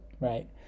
right